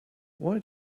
why